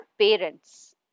parents